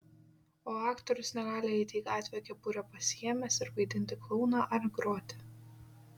o aktorius negali eiti į gatvę kepurę pasiėmęs ir vaidinti klouną ar groti